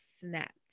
snapped